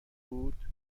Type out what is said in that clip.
بود